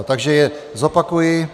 Takže je zopakuji.